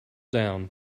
down